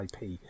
IP